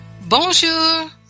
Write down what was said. Bonjour